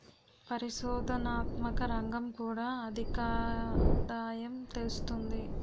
పరిశోధనాత్మక రంగం కూడా అధికాదాయం తెస్తుంది